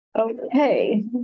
Okay